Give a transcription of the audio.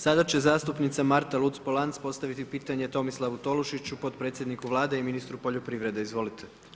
Sada će zastupnica Marta Luc-Polanc postaviti pitanje Tomislavu Tolušiću, podpredsjedniku Vlade i ministru poljoprivrede, izvolite.